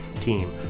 team